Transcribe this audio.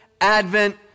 advent